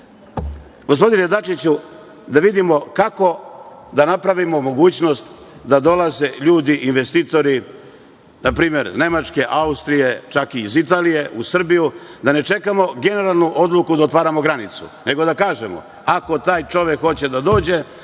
brzinu. Gospodine Dačiću, da vidimo kako da napravimo mogućnost da dolaze ljudi investitori, npr. Nemačke, Austrije, čak i iz Italije, u Srbiju, da ne čekamo generalnu odluku da otvaramo granicu, nego da kažemo - ako taj čovek hoće da dođe,